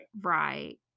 Right